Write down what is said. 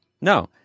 no